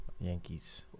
Yankees